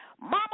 Mama